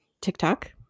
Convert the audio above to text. TikTok